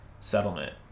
settlement